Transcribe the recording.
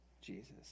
Jesus